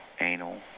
anal